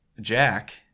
Jack